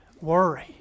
Worry